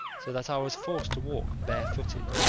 so that i was forced to walk bare-footed